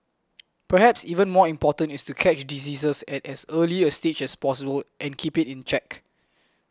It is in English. perhaps even more important is to catch diseases at as early a stage as possible and keep it in check